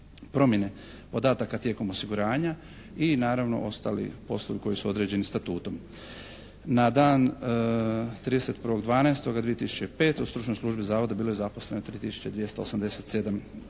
promjene podataka tijekom osiguranja i naravno ostali poslovi koji su određeni statutom. Na dan 31.12.2005. u stručnoj službi Zavoda bilo je zaposleno 3